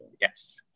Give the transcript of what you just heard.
yes